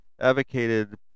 advocated